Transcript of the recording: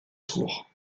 sourds